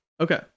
Okay